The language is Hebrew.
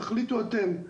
תחליטו אתם.